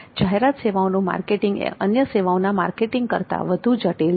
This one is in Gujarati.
જાહેરાત સેવાઓનું માર્કેટિંગ એ અન્ય સેવાઓના માર્કેટિંગ કરતા વધુ જટિલ છે